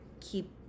keep